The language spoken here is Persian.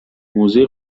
موزه